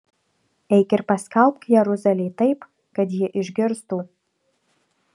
eik ir paskelbk jeruzalei taip kad ji išgirstų